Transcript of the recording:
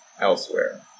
elsewhere